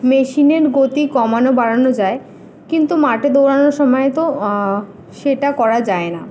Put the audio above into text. মেশিনের গতি কমানো বাড়ানো যায় কিন্তু মাঠে দৌড়ানোর সময় তো সেটা করা যায় না